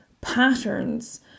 patterns